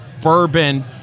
bourbon